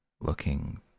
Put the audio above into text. looking